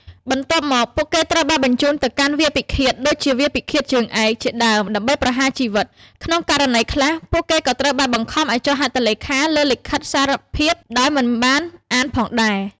បន្ទាប់មក ពួកគេត្រូវបានបញ្ជូនទៅកាន់វាលពិឃាតដូចជាវាលពិឃាតជើងឯកជាដើមដើម្បីប្រហារជីវិត។ ក្នុងករណីខ្លះ ពួកគេក៏ត្រូវបានបង្ខំឱ្យចុះហត្ថលេខាលើលិខិតសារភាពដោយមិនបានអានផងដែរ។